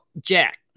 jack